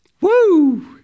Woo